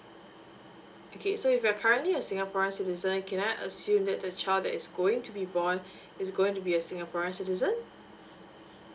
okay so if you're currently a singaporean citizen can I assume that the child that is going to be born is going to be a singaporean citizen